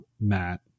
Matt